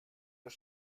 das